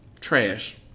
Trash